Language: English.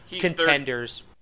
contenders